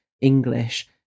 English